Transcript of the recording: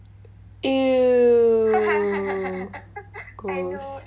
!eww! gross